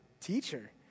teacher